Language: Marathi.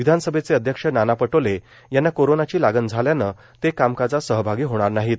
विधानसभेचे अध्यक्ष नाना पटोले यांना कोरोनाची लागण झाल्याने ते कामकाजात सहभागी होणार नाहीत